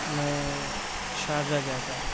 میں شارجہ گیا تھا